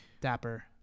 dapper